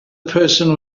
person